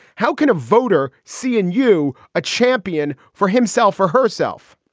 how can a voter see in you a champion for himself or herself?